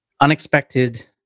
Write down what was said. unexpected